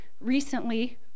Recently